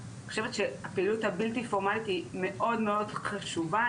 אני חושבת שהפעילות הבלתי פורמלית היא מאוד מאוד חשובה,